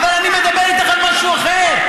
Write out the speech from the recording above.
אבל אני מדבר איתך על משהו אחר.